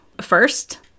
First